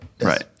right